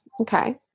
Okay